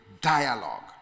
dialogue